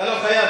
אתה לא חייב,